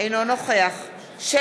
אינו נוכח שלי